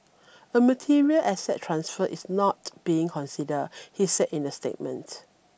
a material asset transfer is not being considered he said in the statement